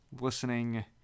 listening